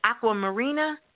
aquamarina